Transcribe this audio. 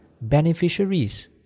beneficiaries